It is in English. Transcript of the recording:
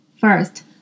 First